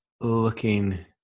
looking